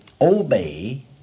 obey